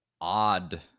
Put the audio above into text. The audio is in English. odd